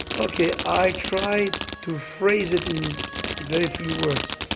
ok, i try to phrase it in very few words.